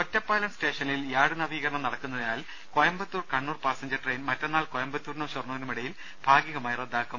ഒറ്റപ്പാലം സ്റ്റേഷനിൽ യാർഡ് നവീകരണം നടക്കുന്നതിനാൽ കോയമ്പത്തൂർ കണ്ണൂർ പാസഞ്ചർ ട്രെയിൻ മറ്റന്നാൾ കോയമ്പത്തൂരിനും ഷൊർണൂരിനുമിടയിൽ ഭാഗികമായി റദ്ദാക്കും